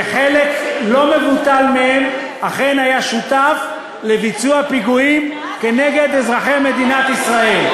וחלק לא מבוטל מהם אכן היה שותף לביצוע פיגועים כנגד אזרחי מדינת ישראל.